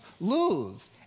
lose